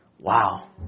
Wow